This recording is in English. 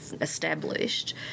established